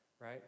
right